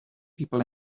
people